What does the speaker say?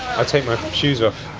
i'll take my shoes off